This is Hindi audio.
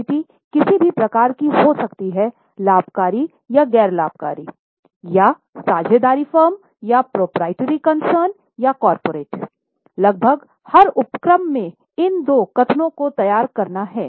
एंटिटी किसी भी प्रकार की हो सकती है लाभकारी या गैर लाभकारी या साझेदारी फर्म या प्रोप्राइटरी कंसर्न या कॉर्पोरेट लगभग हर उपक्रम में इन दो कथनों को तैयार करना है